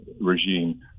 regime